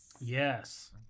Yes